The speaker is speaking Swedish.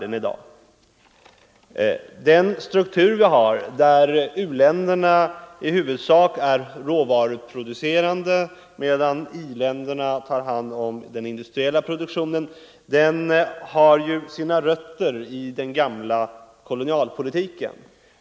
Den nuvarande strukturen där u-länderna i huvudsak är råvaruproducerande medan i-länderna tar hand om den industriella produktionen har sina rötter i den gamla kolonialpolitiken.